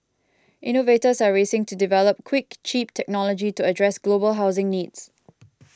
innovators are racing to develop quick cheap technology to address global housing needs